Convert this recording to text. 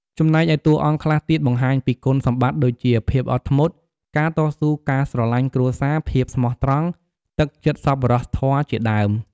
ចំណែកឯតួអង្គខ្លះទៀតបង្ហាញពីគុណសម្បត្តិដូចជា ភាពអត់ធ្មត់ ការតស៊ូ ការស្រឡាញ់គ្រួសារ ភាពស្មោះត្រង់ ទឹកចិត្តសប្បុរសធម៌ជាដើម ។